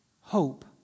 hope